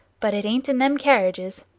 but it ain't in them carriages.